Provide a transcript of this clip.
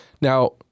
now